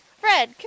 Fred